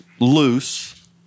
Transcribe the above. Loose